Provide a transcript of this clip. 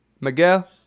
Miguel